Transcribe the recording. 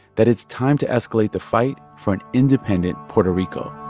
that it's time to escalate the fight for an independent puerto rico.